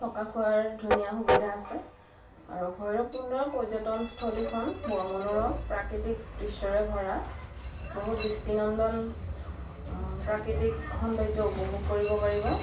থকা খোৱাৰ ধুনীয়া সুবিধা আছে আৰু ভৈৰৱকুণ্ডৰ পৰ্যটনস্থলীখন বৰ মনোৰম প্ৰাকৃতিক দৃশ্যৰে ভৰা বহুত দৃষ্টি নন্দন প্ৰাকৃতিক সৌন্দৰ্য উপভোগ কৰিব পাৰিব